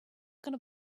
gonna